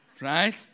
Right